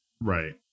Right